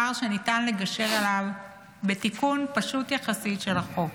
פער שניתן לגשר עליו בתיקון פשוט יחסית של החוק.